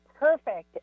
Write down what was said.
perfect